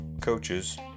coaches